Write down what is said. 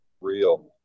real